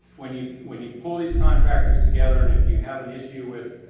when you, when you pull these contractors together, and if you have an issue with